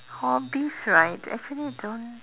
hobbies right actually don't